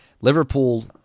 liverpool